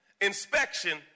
inspection